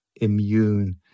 immune